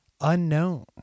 unknown